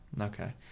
okay